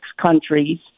countries